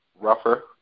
rougher